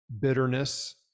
bitterness